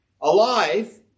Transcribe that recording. alive